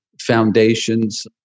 foundations